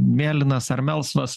mėlynas ar melsvas